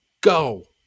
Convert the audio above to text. go